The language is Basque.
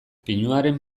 pinuaren